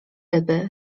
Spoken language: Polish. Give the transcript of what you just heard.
ryby